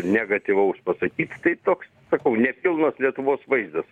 negatyvaus pasakyt tai toks sakau nepilnas lietuvos vaizdas